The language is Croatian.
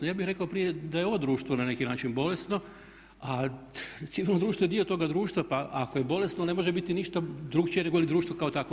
Ja bih rekao prije da je ovo društvo na neki način bolesno a civilno društvo je dio toga društva pa ako je bolesno ne može biti ništa drukčije nego li društvo kao takvo.